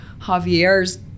Javier's